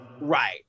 right